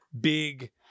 big